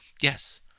Yes